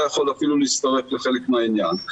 והוא לא יכול אפילו להצטרף לחלק מהעניין.